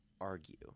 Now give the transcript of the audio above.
argue